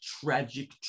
tragic